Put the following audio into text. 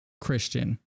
Christian